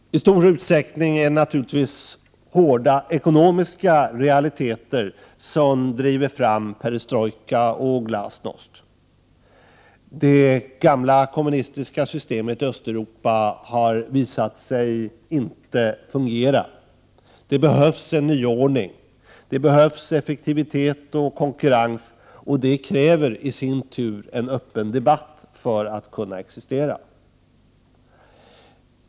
Det är naturligtvis i stor utsträckning hårda ekonomiska realiteter som driver fram perestrojka och glasnost. Det har visat sig att det gamla kommunistiska systemet i Östeuropa inte fungerar. Det behövs en nyordning. Det behövs effektivitet och konkurrens, och detta kräver i sin tur en öppen debatt för att kunna existera.